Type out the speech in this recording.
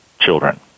children